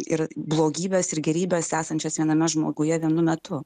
ir blogybes ir gėrybes esančias viename žmoguje vienu metu